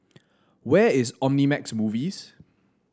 where is Omnimax Movies